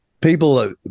people